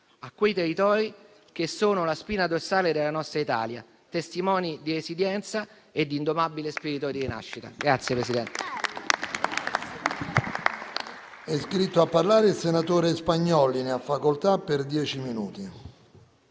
a quei territori che sono la spina dorsale della nostra Italia, testimoni di resilienza e di indomabile spirito di rinascita.